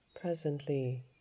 presently